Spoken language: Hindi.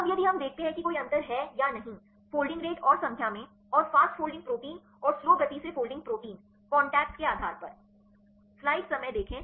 अब यदि हम देखते हैं कि कोई अंतर है या नहीं फोल्डिंग रेट और संख्या मैं और फ़ास्ट फोल्डिंग प्रोटीन और स्लो गति से फोल्डिंग प्रोटीन कॉन्टेक्ट्स के आधार पे